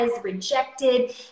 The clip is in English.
rejected